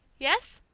yes?